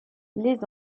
les